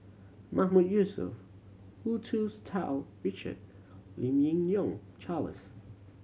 Mahmood Yusof Hu Tsu Tau Richard Lim Yi Yong Charles